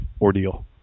ordeal